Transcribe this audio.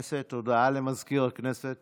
הודעה לסגנית